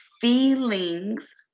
feelings